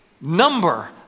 number